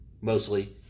mostly